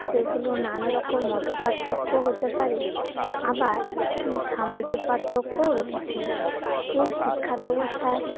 সেগুলো নানা রকম মতপার্থক্য হতে পারে আবার সামাজিক পার্থক্যও রয়েছে এই শিক্ষা ব্যবস্থার